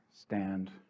stand